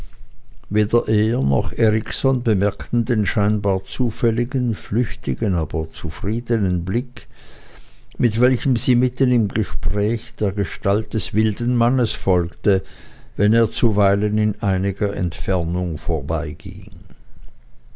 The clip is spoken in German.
weder er noch erikson bemerkten den scheinbar zufälligen flüchtigen aber zufriedenen blick mit welchem sie mitten im gespräche der gestalt des wilden mannes folgte wenn er zuweilen in einiger entfernung